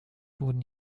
wurden